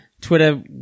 Twitter